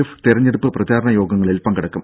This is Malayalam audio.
എഫ് തെരഞ്ഞെടുപ്പ് പ്രചാരണ യോഗങ്ങളിൽ പങ്കെടുക്കും